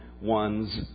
one's